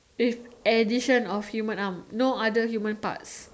it's addition of human arm no other human parts